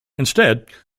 instead